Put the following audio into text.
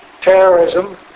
Terrorism